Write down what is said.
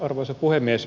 arvoisa puhemies